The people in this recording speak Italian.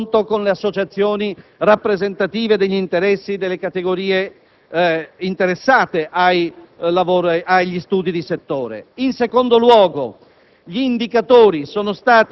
né tanto meno il confronto con le associazioni rappresentative delle categorie interessate agli studi di settore; in secondo luogo,